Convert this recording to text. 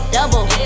Double